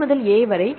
I முதல் A வரை